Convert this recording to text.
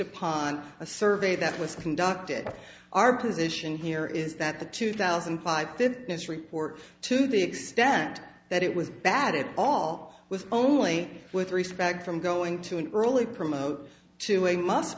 upon a survey that was conducted by our position here is that the two thousand and five fitness report to the extent that it was bad at all with only with respect from going to an early promote to a m